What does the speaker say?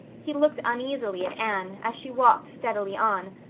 he looked uneasily at anne, as she walked steadily on,